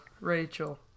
Rachel